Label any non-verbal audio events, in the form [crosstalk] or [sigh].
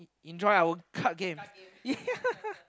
enjoy our card game ya [laughs]